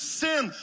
sin